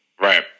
Right